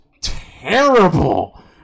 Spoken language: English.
terrible